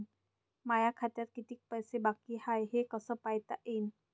माया खात्यात कितीक पैसे बाकी हाय हे कस पायता येईन?